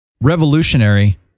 revolutionary